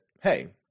hey